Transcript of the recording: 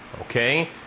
Okay